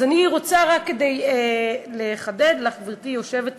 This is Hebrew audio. אז אני רוצה, רק כדי לחדד לך, גברתי היושבת-ראש,